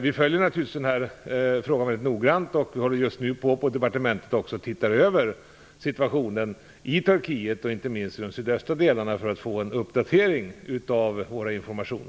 Vi följer naturligtvis denna fråga mycket noggrant. På departementet håller vi just nu på att se över situationen i Turkiet, inte minst i de sydöstra delarna, för att göra en uppdatering av vår information.